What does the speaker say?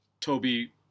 Toby